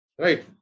right